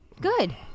Good